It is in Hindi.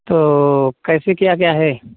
तो कैसे क्या क्या है